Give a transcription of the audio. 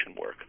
work